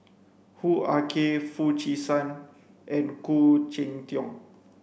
Hoo Ah Kay Foo Chee San and Khoo Cheng Tiong